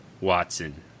Watson